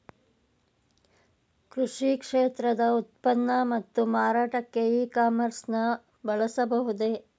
ಕೃಷಿ ಕ್ಷೇತ್ರದ ಉತ್ಪನ್ನ ಮತ್ತು ಮಾರಾಟಕ್ಕೆ ಇ ಕಾಮರ್ಸ್ ನ ಬಳಸಬಹುದೇ?